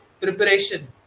preparation